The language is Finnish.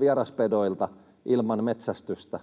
vieraspedoilta ilman metsästystä,